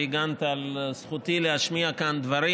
שהגנת על זכותי להשמיע כאן דברים.